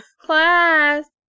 class